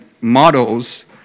models